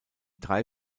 drei